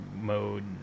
mode